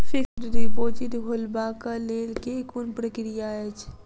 Fixed deposit खोलबाक लेल केँ कुन प्रक्रिया अछि?